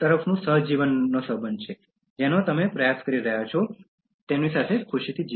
તરફ સહજીવન સંબંધ છે જેનો તમે પ્રયાસ કરી રહ્યા છો તેમને ખુશીથી જીવવાનો